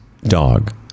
dog